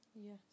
Yes